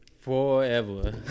Forever